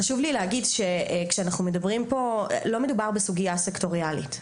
חשוב לי להגיד, לא מדובר בסוגיה סקטוריאלית.